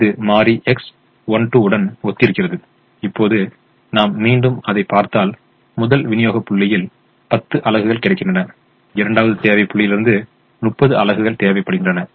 இப்போது இது மாறி X12 உடன் ஒத்திருக்கிறது இப்போது நாம் மீண்டும் அதை பார்த்தால் முதல் விநியோக புள்ளியில் 10 அலகுகள் கிடைக்கின்றன இரண்டாவது தேவை புள்ளியிலிருந்து 30 அலகுகள் தேவைப்படுகின்றன